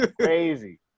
Crazy